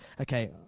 Okay